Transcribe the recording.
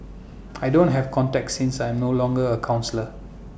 I don't have contacts since I'm no longer A counsellor